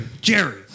Jerry